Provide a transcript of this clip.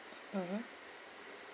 mmhmm